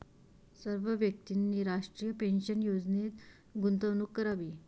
सर्व व्यक्तींनी राष्ट्रीय पेन्शन योजनेत गुंतवणूक करावी